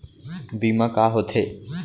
बीमा ह का होथे?